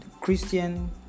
Christian